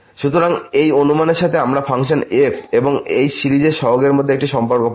সুতরাং এই অনুমানের সাথে আমরা ফাংশন f এবং এই সিরিজের সহগের মধ্যে একটি সম্পর্ক পাব